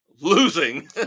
losing